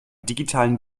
digitalen